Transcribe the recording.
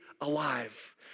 alive